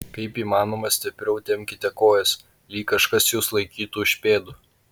kaip įmanoma stipriau tempkite kojas lyg kažkas jus laikytų už pėdų